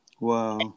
Wow